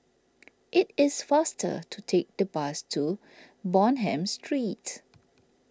it is faster to take the bus to Bonham Street